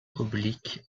oblique